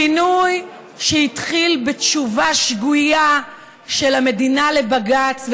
פינוי שהתחיל בתשובה שגויה של המדינה לבג"ץ,